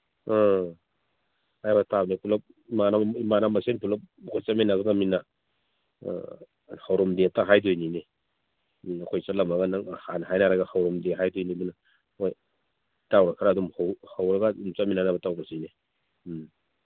ꯑ ꯍꯥꯏꯅ ꯇꯥꯕꯅꯤ ꯄꯨꯂꯞ ꯏꯃꯥꯟꯅꯕ ꯃꯁꯦꯟ ꯑꯩꯈꯣꯏ ꯄꯨꯂꯞ ꯆꯠꯃꯤꯟꯅꯗꯧꯅꯤꯅ ꯍꯧꯔꯝꯗꯦ ꯍꯦꯛꯇ ꯍꯥꯏꯗꯣꯏꯅꯤꯅꯦ ꯎꯝ ꯑꯩꯈꯣꯏ ꯆꯠꯂꯝꯝꯒ ꯅꯪ ꯍꯥꯟꯅ ꯍꯥꯏꯅꯔꯒ ꯍꯧꯔꯝꯗꯦ ꯍꯥꯏꯗꯣꯏꯅꯤ ꯑꯗꯨꯅ ꯍꯣꯏ ꯏꯅꯥꯎꯅ ꯈꯔ ꯑꯗꯨꯝ ꯍꯧꯔꯒ ꯑꯗꯨꯝ ꯆꯠꯃꯤꯟꯅꯕ ꯇꯧꯔꯁꯤꯅꯦ ꯎꯝ